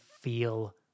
feel